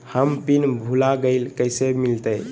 हम पिन भूला गई, कैसे मिलते?